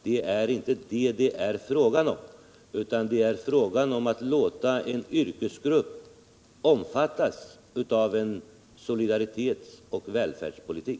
Det är inte detta det är frågan om, utan det är frågan om att låta en yrkesgrupp omfattas av en solidaritetsoch välfärdspolitik.